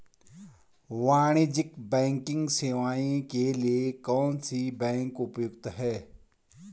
वाणिज्यिक बैंकिंग सेवाएं के लिए कौन सी बैंक उपयुक्त है?